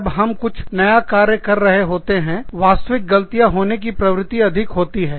जब हम कुछ नया कार्य कर रहे होते हैं वास्तविक ग़लतियाँ होने की प्रवृत्ति अधिक होती है